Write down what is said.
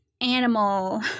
animal